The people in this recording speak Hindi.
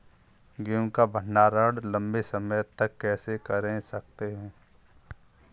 गेहूँ का भण्डारण लंबे समय तक कैसे कर सकते हैं?